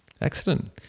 Excellent